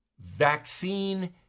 vaccine